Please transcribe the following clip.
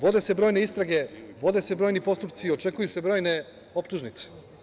Vode se brojne istrage, vode se brojni postupci, očekuju se brojne optužnice.